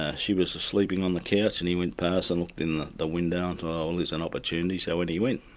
ah she was sleeping on the couch, and he went past and looked in the window and thought, oh, and there's an opportunity, so in he went.